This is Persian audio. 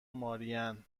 مارین